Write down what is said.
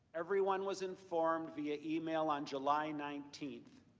everyone was informed via email on july nineteen,